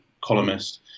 columnist